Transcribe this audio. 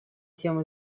всем